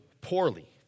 poorly